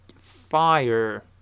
fire